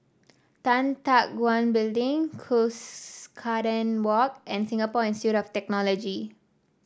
Tan Teck Guan Building Cuscaden Walk and Singapore Institute of Technology